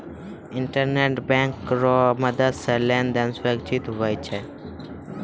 internet bank रो मदद से लेन देन सुरक्षित हुवै छै